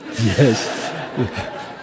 Yes